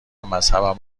مذهبم